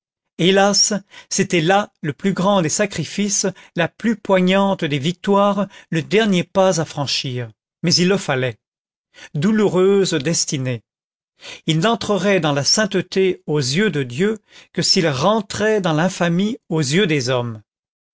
hélas c'était là le plus grand des sacrifices la plus poignante des victoires le dernier pas à franchir mais il le fallait douloureuse destinée il n'entrerait dans la sainteté aux yeux de dieu que s'il rentrait dans l'infamie aux yeux des hommes